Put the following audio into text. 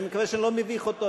אני מקווה שאני לא מביך אותו,